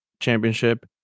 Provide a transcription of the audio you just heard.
championship